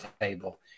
table